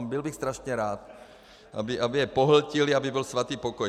Byl bych strašně rád, aby je pohltili, aby byl svatý pokoj.